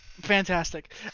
Fantastic